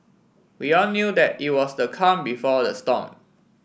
we all knew that it was the calm before the storm